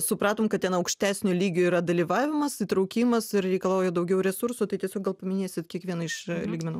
supratom kad ten aukštesnio lygio yra dalyvavimas įtraukimas ir reikalauja daugiau resursų tai tiesiog gal paminėsit kiekvieną iš lygmenų